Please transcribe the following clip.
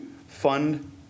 fund